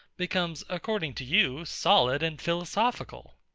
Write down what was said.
becomes, according to you, solid and philosophical.